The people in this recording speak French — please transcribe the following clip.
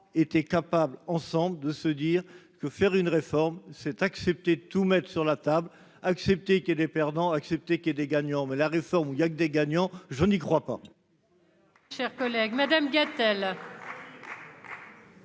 été capables, ensemble, de se dire que faire une réforme, c'est accepter tout mettre sur la table, accepter qu'il y ait des perdants, accepter que des gagnants, mais la réforme il y a que des gagnants, je n'y crois pas.